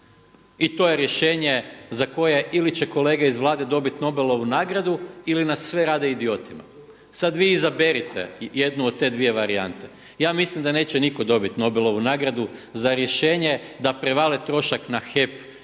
i to je rješenje za koje ili će kolege iz Vlade dobit Nobelovu nagradu ili nas sve rade idiotima. Sad vi izaberite jednu od te dvije varijante. Ja mislim da neće nitko dobit Nobelovu nagradu za rješenje da prevale trošak na HEP